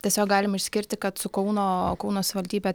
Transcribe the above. tiesiog galim išskirti kad su kauno kauno savivaldybe